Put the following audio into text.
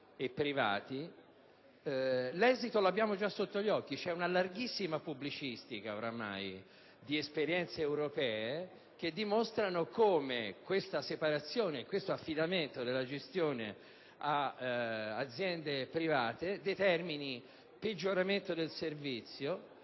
e privati, l'esito l'abbiamo già sotto gli occhi. Ormai c'è una larghissima pubblicistica di esperienze europee che dimostrano come questa separazione, questo affidamento della gestione ad aziende private determini peggioramento del servizio,